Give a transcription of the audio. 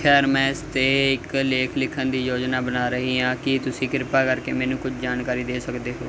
ਖੈਰ ਮੈਂ ਇਸ 'ਤੇ ਇੱਕ ਲੇਖ ਲਿਖਣ ਦੀ ਯੋਜਨਾ ਬਣਾ ਰਹੀ ਹਾਂ ਕੀ ਤੁਸੀਂ ਕਿਰਪਾ ਕਰਕੇ ਮੈਨੂੰ ਕੁਝ ਜਾਣਕਾਰੀ ਦੇ ਸਕਦੇ ਹੋ